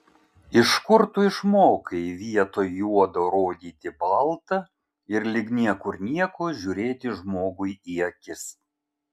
iš kur tu išmokai vietoj juodo rodyti balta ir lyg niekur nieko žiūrėti žmogui į akis